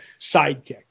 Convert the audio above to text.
sidekick